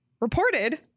reported